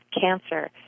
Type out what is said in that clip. cancer